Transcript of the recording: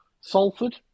Salford